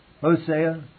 Hosea